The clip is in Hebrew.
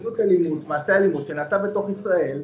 מעשה אלימות שנעשה בתוך ישראל,